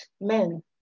men